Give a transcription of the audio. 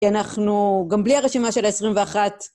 כי אנחנו, גם בלי הרשימה של ה-21...